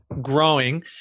growing